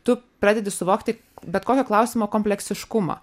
tu pradedi suvokti bet kokio klausimo kompleksiškumą